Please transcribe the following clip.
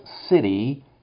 city